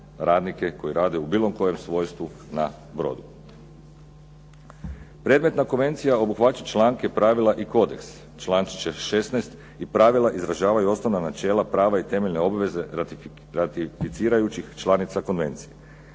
koji rade u bilo kojem svojstvu na brodu. Predmetna konvencija obuhvaća članke, pravila i kodeks .../Govornik se ne razumije./... i pravila izražavaju osnovna načela, prava i temeljne obveze ratificirajućih članica konvencije.